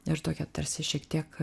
ir tokia tarsi šiek tiek